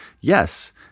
yes